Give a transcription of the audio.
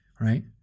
right